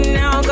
now